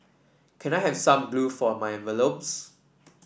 can I have some glue for my envelopes